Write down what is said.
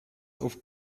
auf